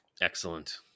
Excellent